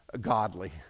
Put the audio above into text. godly